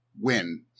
win